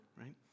right